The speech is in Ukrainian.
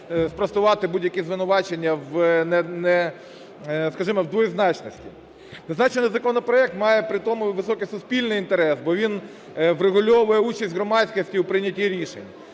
спростувати будь-які звинувачення, скажімо, в двозначності. Зазначений законопроект має при тому високий суспільний інтерес, бо він врегульовує участь громадськості у прийнятті рішень.